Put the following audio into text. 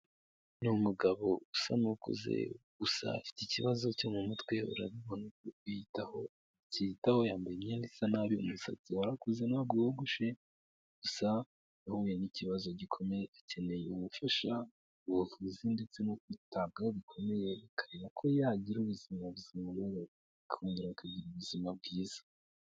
Ni umugabo usa n'ukuze, gusa afite ikibazo cyo mu mutwe urabibona ko atiyitaho yambaye imyenda isa nabi umusatsi warakuze ntabwo wogoshe, gusa yahuye n'ikibazo gikomeye akeneye ubufasha, ubuvuzi ndetse no kwitabwaho bikomeye, bakareba ko yagira ubuzima buzima, akongera akagira ubuzima bwiza.